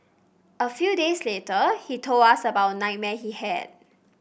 a few days later he told us about nightmare he had